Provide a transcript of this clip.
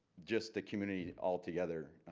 just the community all together,